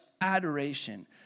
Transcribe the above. adoration